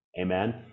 amen